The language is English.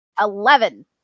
Eleven